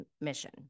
mission